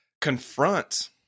confront